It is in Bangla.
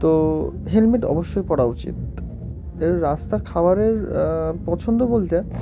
তো হেলমেট অবশ্যই পা উচিত এর রাস্তা খাবারের পছন্দ বলতে